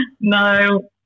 No